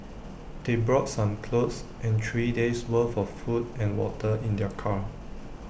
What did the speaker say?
they brought some clothes and three days worth of food and water in their car